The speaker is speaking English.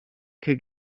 could